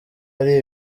ari